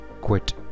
Quit